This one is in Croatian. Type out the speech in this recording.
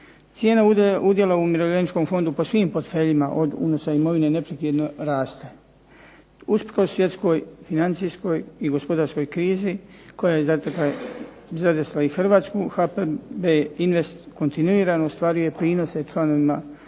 Cijena udjela u umirovljeničkom fondu po svim portfeljima od unosa imovine neprekidno raste. Usprkos svjetskoj financijskoj i gospodarskoj krizi koja je zadesila i Hrvatsku, HPB invest kontinuirano ostvaruje prinose članovima fonda,